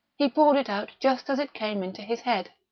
he poured it out just as it came into his head.